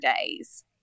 days